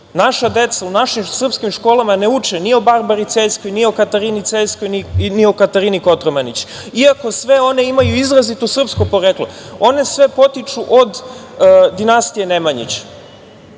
naša deca u našim srpskim školama ne uče ni o Barbari Cerskoj, ni o Katarini Cerskoj, ni o Katarini Kotromanić, iako sve one imaju izrazito srpsko poreklo. One sve potiču od dinastije Nemanjić. Znači,